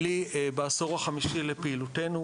אל"י בעשור החמישי לפעילותנו,